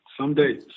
someday